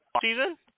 season